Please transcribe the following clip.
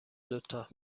دوتا